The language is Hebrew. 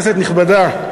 כנסת נכבדה,